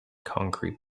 concrete